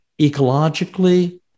ecologically